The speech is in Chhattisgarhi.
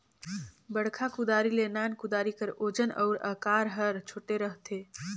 बड़खा कुदारी ले नान कुदारी कर ओजन अउ अकार हर छोटे रहथे